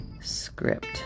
script